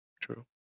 True